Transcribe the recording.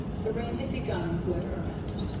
the rain had begun in good earnest.